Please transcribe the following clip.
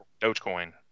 Dogecoin